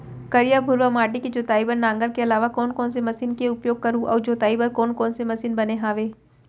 करिया, भुरवा माटी के जोताई बर नांगर के अलावा कोन कोन से मशीन के उपयोग करहुं अऊ जोताई बर कोन कोन से मशीन बने हावे?